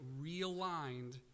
realigned